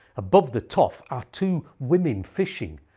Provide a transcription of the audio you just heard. above the toff are two women fishing,